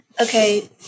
Okay